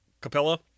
Capella